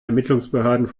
ermittlungsbehörden